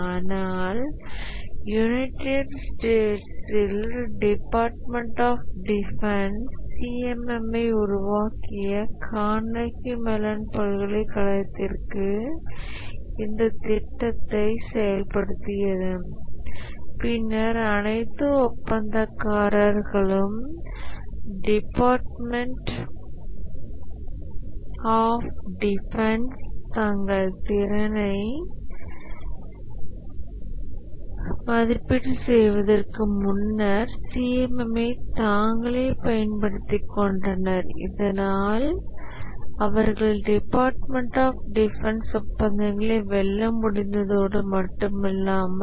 ஆனால் யுனைடெட் ஸ்டேட்ஸின் department of defence CMM ஐ உருவாக்கிய கார்னகி மெலன் பல்கலைக்கழகத்திற்கு இந்த திட்டத்தை வழங்கியது பின்னர் DOD துறை திறன் மதிப்பீட்டைச் செயல்படுத்தியது பின்னர் அனைத்து ஒப்பந்தக்காரர்களும் டிபார்ட்மென்ட் ஆஃப் டிஃபன்ஸ் தங்கள் திறனை மதிப்பீடு செய்வதற்கு முன்னர் CMM ஐ தாங்களே பயன்படுத்திக் கொண்டனர் இதனால் அவர்கள் டிபார்ட்மென்ட் ஆஃப் டிஃபன்ஸ் ஒப்பந்தங்களை வெல்ல முடிந்ததோடு மட்டுமல்லாமல்